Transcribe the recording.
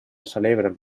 celebren